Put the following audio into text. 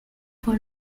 for